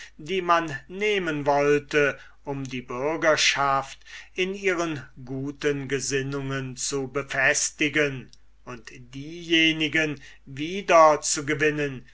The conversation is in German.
die man nehmen wollte um die bürgerschaft in ihren guten gesinnungen zu befestigen und diejenigen wieder zu gewinnen